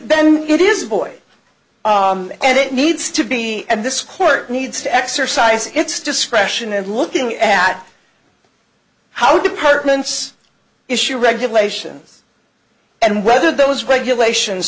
it is a boy and it needs to be and this court needs to exercise its discretion and looking at how departments issue regulations and whether those regulations